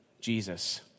Jesus